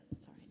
Sorry